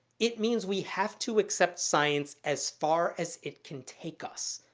it means we have to accept science as far as it can take us.